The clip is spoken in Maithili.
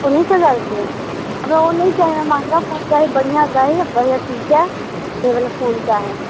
उन्नैस हजार के अइ हमरा ओ नहि चाही महँगा फोन चाही बढ़िआँ चाही आ बढ़िआँ टीकै ओ बला फोन चाही